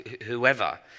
whoever